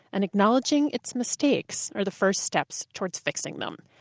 and acknowledging its mistakes are the first steps toward fixing them.